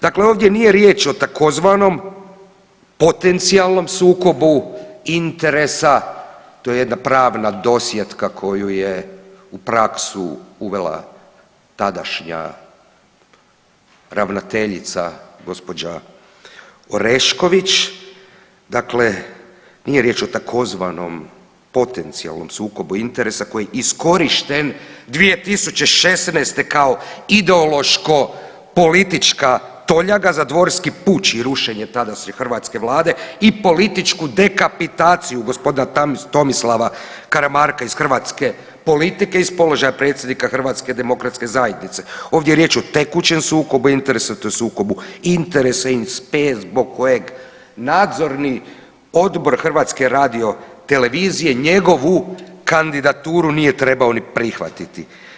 Dakle, ovdje nije riječ o tzv. potencionalnom sukobu interesa, to je jedna pravna dosjetka koju je u praksu uvela tadašnja ravnateljica gđa. Orešković, dakle nije riječ o tzv. potencionalnom sukobu interesa koji je iskorišten 2016. kao ideološko politička toljaga za dvorski puč i rušenje tadašnje hrvatske vlade i političku dekapitaciju g. Tomislava Karamarka iz hrvatske politike iz položaja predsjednika HDZ-a, ovdje je riječ o tekućem sukobu interesa, te sukobu interesa … [[Govornik se ne razumije]] zbog kojeg nadzorni odbor HRT-a njegovu kandidaturu nije trebao ni prihvatiti.